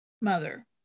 mother